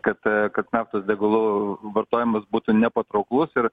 kad kad naftos degalų vartojimas būtų nepatrauklus ir